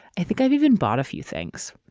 i think i've even bought a few things.